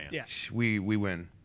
yeah we we win.